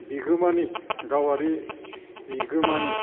बिगोमानि गावारि बिगोमानि